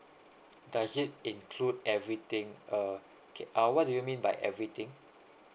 does it include everything uh uh what do you mean by everything